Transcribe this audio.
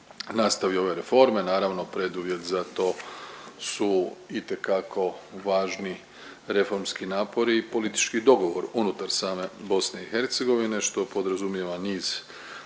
nastavi ove reforme. Naravno preduvjet za to su itekako važni reformski napori i politički dogovori unutar same BiH što podrazumijeva niz